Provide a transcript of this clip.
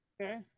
Okay